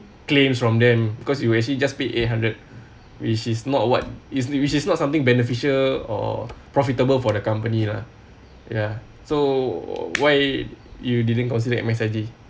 claims from them because you actually just paid eight hundred which is not what is which is not something beneficial or profitable for the company lah ya so why you didn't consider M_S_I_G